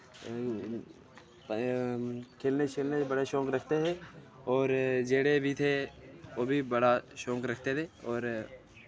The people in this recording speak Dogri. खेले छेले च बड़ा शैक रखते थे ओर जेह्ड़े बी थे ओह् बी बड़ा शौक रखते थे और